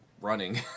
running